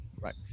Right